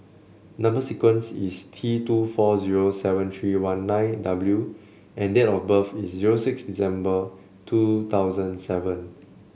number sequence is T two four zero seven three one nine W and date of birth is zero six December two thousand seven